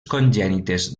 congènites